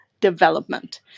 development